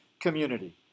community